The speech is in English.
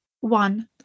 one